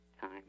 time